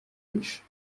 riches